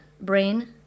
brain